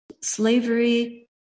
slavery